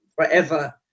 forever